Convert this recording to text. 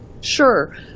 Sure